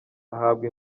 ahabwa